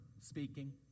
speaking